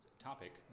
Topic